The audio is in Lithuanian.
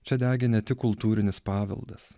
čia degė ne tik kultūrinis paveldas